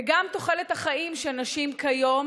וגם תוחלת החיים של נשים כיום